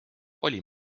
oli